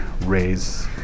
raise